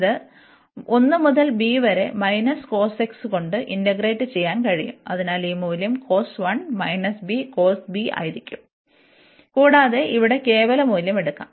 ഇത് 1 മുതൽ b വരെ cos x കൊണ്ട് ഇന്റഗ്രേറ്റ് ചെയ്യാൻ കഴിയും അതിനാൽ ഈ മൂല്യം cos 1 b cos b ആയിരിക്കും കൂടാതെ ഇവിടെ കേവല മൂല്യം എടുക്കാം